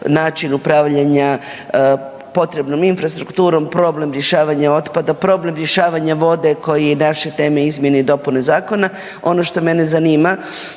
način upravljanja, potrebnom infrastrukturom, problem rješavanja otpada, problem rješavanja vode koji je i naša tema i izmjena i dopune zakona. Ono što mene zanima